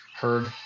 Heard